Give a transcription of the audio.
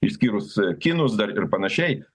išskyrus kinus dar ir panašiai